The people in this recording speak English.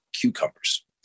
cucumbers